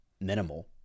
minimal